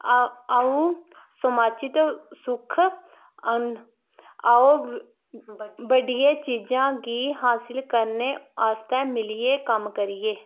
अ'ऊं समाजिक सुक्ख आओ बड्डियें चीजें गी हासल करने आस्तै मिलियै कम्म करिये